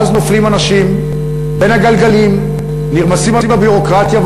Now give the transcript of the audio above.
ואז אנשים נופלים בין הגלגלים ונרמסים בביורוקרטיה,